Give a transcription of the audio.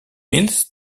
mills